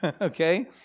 Okay